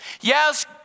Yes